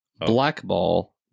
blackball